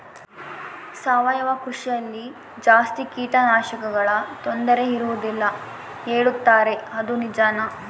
ಸಾವಯವ ಕೃಷಿಯಲ್ಲಿ ಜಾಸ್ತಿ ಕೇಟನಾಶಕಗಳ ತೊಂದರೆ ಇರುವದಿಲ್ಲ ಹೇಳುತ್ತಾರೆ ಅದು ನಿಜಾನಾ?